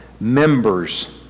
members